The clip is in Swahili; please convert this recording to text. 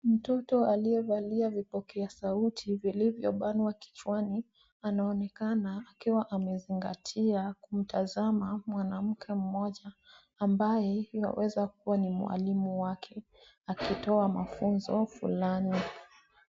Mtoto aliye valia vipokea sauti vilivyo banwa kichwani anaonekana akiwa amezingatia kumtazama mwanamke mmoja ambaye yuwaweza kuwa ni mwalimu wake akitoa mafunzo fulani.